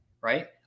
right